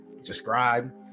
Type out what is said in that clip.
subscribe